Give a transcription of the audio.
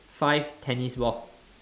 five tennis ball